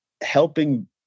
helping